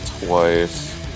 twice